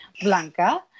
Blanca